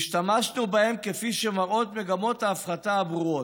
והשתמשנו בהם, כפי שמראות מגמות ההפחתה הברורות,